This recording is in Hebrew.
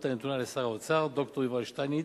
הנתונה לשר האוצר ד"ר יובל שטייניץ,